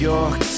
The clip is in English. York